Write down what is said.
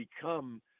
become